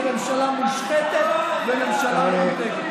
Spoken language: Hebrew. זו ממשלה מושחתת וממשלה מנותקת.